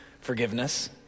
forgiveness